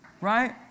right